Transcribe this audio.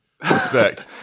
Respect